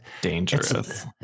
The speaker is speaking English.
dangerous